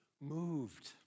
moved